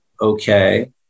okay